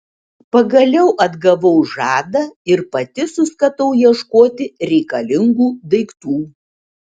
pagaliau atgavau žadą ir pati suskatau ieškoti reikalingų daiktų